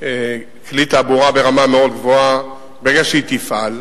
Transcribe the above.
כלי תעבורה ברמה מאוד גבוהה, ברגע שהיא תפעל,